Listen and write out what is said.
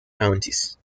counties